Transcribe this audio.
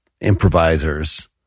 improvisers